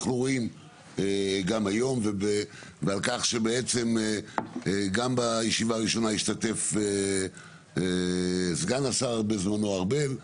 ועל כך שבישיבה הראשונה השתתף סגן השר בזמנו ארבל.